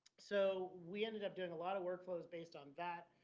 so we ended up doing a lot of workflows based on that.